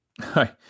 Hi